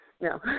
No